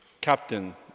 Captain